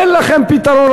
אין לכם פתרון,